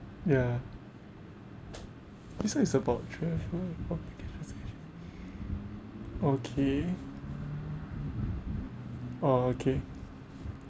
ya this one is about travel okay okay oh okay